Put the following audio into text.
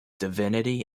divinity